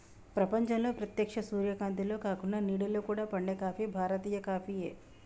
ప్రపంచంలో ప్రేత్యక్ష సూర్యకాంతిలో కాకుండ నీడలో కూడా పండే కాఫీ భారతీయ కాఫీయే